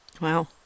Wow